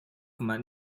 man